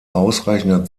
ausreichender